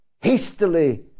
hastily